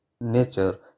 nature